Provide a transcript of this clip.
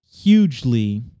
hugely